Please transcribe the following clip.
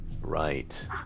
right